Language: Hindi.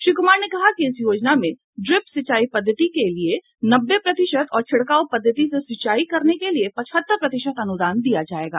श्री कुमार ने कहा कि इस योजना में ड्रीप सिंचाई पद्धति के लिए नब्बे प्रतिशत और छिड़काव पद्धति से सिंचाई करने के लिए पचहत्तर प्रतिशत अनुदान दिया जायेगा